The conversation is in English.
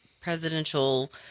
presidential